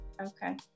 okay